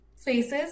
faces